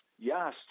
Yes